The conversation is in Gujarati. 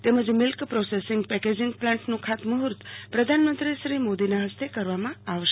તેમજ મિલ્ક પ્રોસેસિંગ પેકેજીંગ પ્લાન્ટનું ખાતમુર્ફત પ્રધાનમન્ત્રી શ્રી મોદીના ફસ્તે કરવામાં આવશે